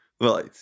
Right